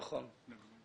נכון.